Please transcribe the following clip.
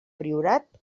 priorat